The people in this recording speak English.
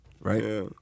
Right